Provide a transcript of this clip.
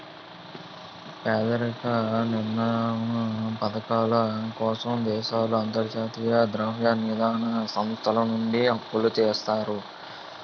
పేదరిక నిర్మూలనా పధకాల కోసం దేశాలు అంతర్జాతీయ ద్రవ్య నిధి సంస్థ నుంచి అప్పులు తెస్తాయి